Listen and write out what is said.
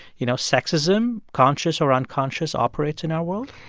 you know, sexism, conscious or unconscious, operates in our world?